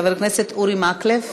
חבר הכנסת אורי מקלב,